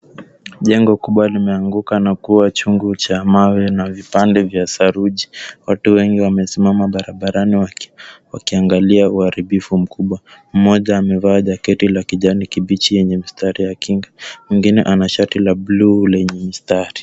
Jengo kubwa limeanguka na kua chungu cha mawe na vipande vya saruji. Watu wengi wamesimama barabarani wakiangalia uharibifu mkubwa. Mmoja amevaa jaketi la kijani kibichi yenye mistari ya kinga. Mwingine ana shati la buluu lenye mistari.